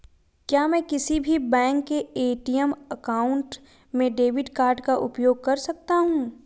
क्या मैं किसी भी बैंक के ए.टी.एम काउंटर में डेबिट कार्ड का उपयोग कर सकता हूं?